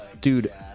Dude